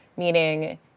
meaning